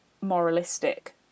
moralistic